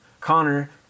Connor